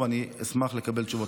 ואני אשמח לקבל תשובה.